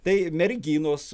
tai merginos